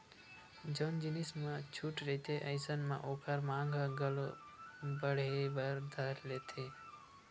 जउन जिनिस म छूट रहिथे अइसन म ओखर मांग ह घलो बड़हे बर धर लेथे